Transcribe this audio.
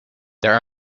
there